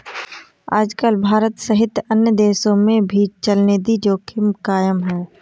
आजकल भारत सहित अन्य देशों में भी चलनिधि जोखिम कायम है